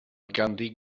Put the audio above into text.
ganddi